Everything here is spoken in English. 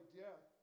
death